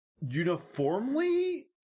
uniformly